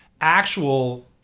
actual